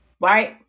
right